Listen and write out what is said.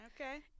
Okay